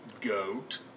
GOAT